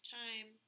time